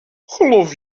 geloof